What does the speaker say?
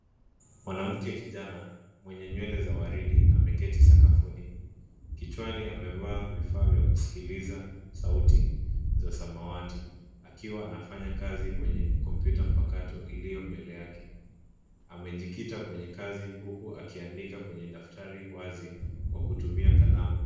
Mwanaume kijana mwenye nywele za waridi, ameketi sakafuni. Kichwani amevaa vifaa vya kusikiliza sauti za samawati akiwa anafanya kazi kwenye kompyuta mpakato iliyo mbele yake. Amejikita kwenye kazi huku akiandika kwenye daftari wazi kwa kutumia kalamu.